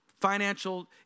financial